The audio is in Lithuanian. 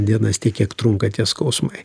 dienas tiek kiek trunka tie skausmai